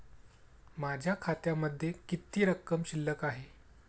माझ्या खात्यामध्ये किती रक्कम शिल्लक आहे?